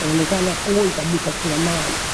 uonekana hoi kabisa sio maana.